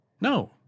No